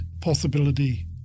possibility